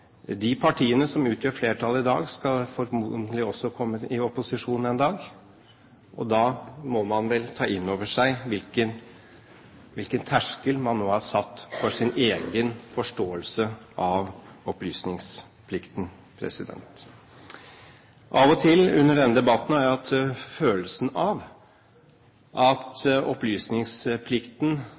De partiene som utgjør flertallet i dag, skal formodentlig også komme i opposisjon en dag, og da må man vel ta inn over seg hvilken terskel man nå har satt for sin egen forståelse av opplysningsplikten. Av og til under denne debatten har jeg hatt følelsen av at opplysningsplikten